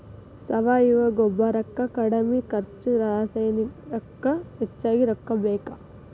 ಸಾವಯುವ ಗೊಬ್ಬರಕ್ಕ ಕಡಮಿ ಖರ್ಚು ರಸಾಯನಿಕಕ್ಕ ಹೆಚಗಿ ರೊಕ್ಕಾ ಬೇಕ